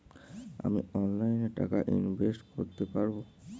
আমি অনলাইনে টাকা ইনভেস্ট করতে পারবো?